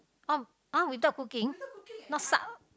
oh uh without cooking not suck